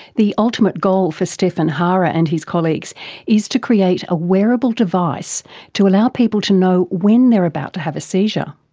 the ultimate goal for stefan harrer and his colleagues is to create a wearable device to allow people to know when they are about to have a seizure.